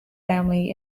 family